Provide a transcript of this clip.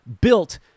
built